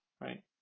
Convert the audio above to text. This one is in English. right